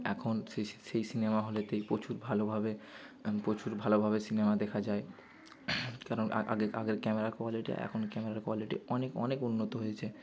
এখন সেই সেই সিনেমা হলেতেই প্রচুর ভালোভাবে প্রচুর ভালোভাবে সিনেমা দেখা যায় কারণ আগে আগে আগের ক্যামেরার কোয়ালিটি এখন ক্যামেরা কোয়ালিটি অনেক অনেক উন্নত হয়েছে